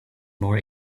more